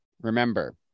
Remember